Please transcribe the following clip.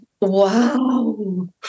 Wow